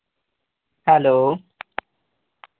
hello